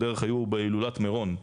בדרך היו בהילולת מירון,